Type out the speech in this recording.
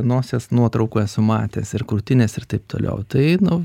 nosies nuotraukų esu matęs ir krūtinės ir taip toliau tai nu